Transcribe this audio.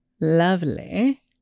lovely